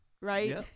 right